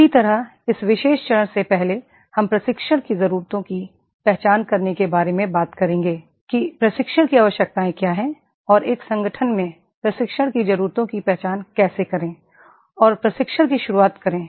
इसी तरह इस विशेष चरण से पहले हम प्रशिक्षण की जरूरतों की पहचान करने के बारे में बात करेंगे कि प्रशिक्षण की आवश्यकताएं क्या हैं और एक संगठन में प्रशिक्षण की जरूरतों की पहचान कैसे करें और प्रशिक्षण की शुरूआत करें